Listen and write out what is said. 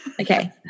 Okay